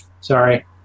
Sorry